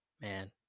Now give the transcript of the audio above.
man